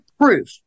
proof